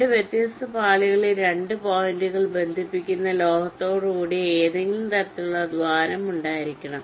2 വ്യത്യസ്ത പാളികളിൽ 2 പോയിന്റുകളെ ബന്ധിപ്പിക്കുന്ന ലോഹത്തോടുകൂടിയ ഏതെങ്കിലും തരത്തിലുള്ള ദ്വാരം ഉണ്ടായിരിക്കണം